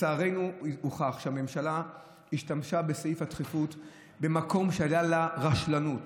לצערנו הוכח שהממשלה השתמשה בסעיף הדחיפות במקום שהייתה לה רשלנות.